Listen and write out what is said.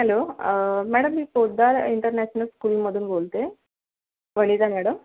hello madam मी Poddar international स्कूलमधून बोलते वनिता मॅडम